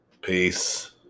Peace